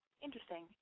Interesting